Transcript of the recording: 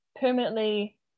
permanently